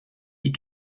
die